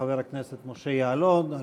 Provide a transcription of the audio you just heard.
חבר הכנסת משה יעלון,